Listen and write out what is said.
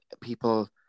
people